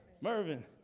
Mervin